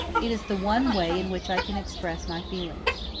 it is the one way in which i can express my feelings.